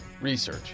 research